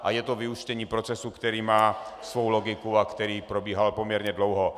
A je to vyústění procesu, který má svou logiku a který probíhal poměrně dlouho.